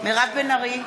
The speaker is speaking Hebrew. מירב בן ארי,